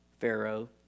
Pharaoh